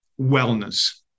Wellness